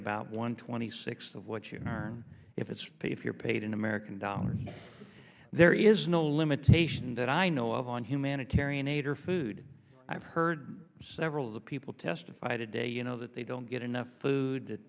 about one twenty sixth of what you earn if it's paid if you're paid in american dollars there is no limitation that i know of on humanitarian aid or food i've heard several of the people testify today you know that they don't get enough food